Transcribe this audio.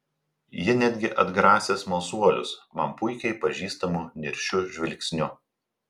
ji netgi atgrasė smalsuolius man puikiai pažįstamu niršiu žvilgsniu